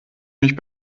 mich